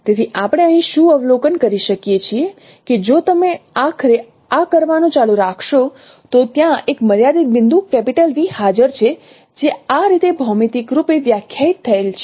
તેથી આપણે અહીં શું અવલોકન કરી શકીએ છીએ કે જો તમે આખરે આ કરવાનું ચાલુ રાખશો તો ત્યાં એક મર્યાદિત બિંદુ V હાજર છે જે આ રીતે ભૌમિતિક રૂપે વ્યાખ્યાયિત થયેલ છે